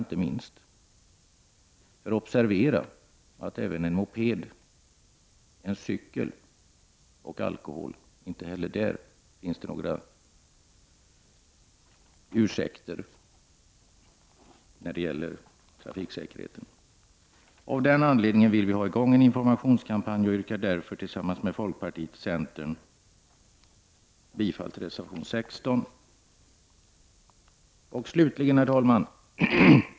Man måste observera att det inte heller i samband med mopedkörning och cykling finns några ursäkter att använda alkohol. Vi vill ha i gång en informationskampanj. Och jag yrkar därför bifall till reservation 16 från miljöpartiet, folkpartiet och centern. Herr talman!